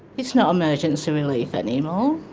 it's not emergency relief anymore.